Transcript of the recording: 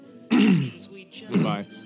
Goodbye